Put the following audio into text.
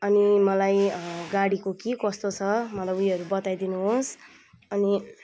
अनि मलाई गाडीको के कस्तो छ मलाई उयोहरू बताइदिनु होस् अनि